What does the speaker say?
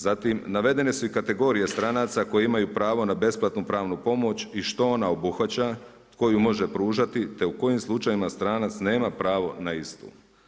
Zatim navedene su i kategorije stranaca koji imaju pravo na besplatnu pravnu pomoć i što ona obuhvaća, tko ju može pružati, te u kojim slučajevima stranac nema pravo na istu.